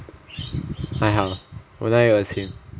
还好 lah